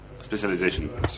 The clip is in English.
specialization